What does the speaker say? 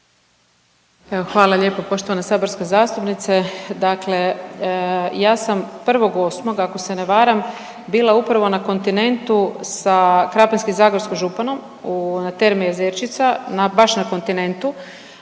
hvala lijepo poštovana saborska zastupnice. Dakle, ja sam 1.8. ako se ne varam bila upravo na kontinentu sa krapinski-zagorsko županom na Terme Jezerčica baš na kontinentu